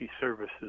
services